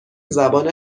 زبان